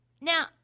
Now